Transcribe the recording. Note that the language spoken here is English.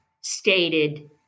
stated